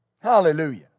Hallelujah